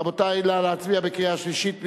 רבותי, נא להצביע בקריאה שלישית.